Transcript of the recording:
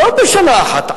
לא בשנה אחת.